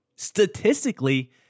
statistically